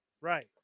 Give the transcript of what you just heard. Right